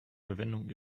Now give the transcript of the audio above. verwendung